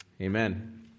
Amen